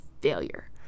failure